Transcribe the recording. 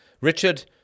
Richard